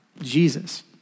Jesus